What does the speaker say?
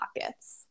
pockets